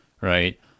right